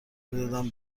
میدادم